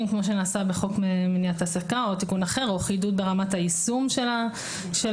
כמו שנעשה בחוק מניעת העסקה או תיקון אחר או חידוד ברמת היישום של החוק,